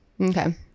Okay